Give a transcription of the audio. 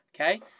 okay